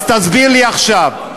אז תסביר לי עכשיו: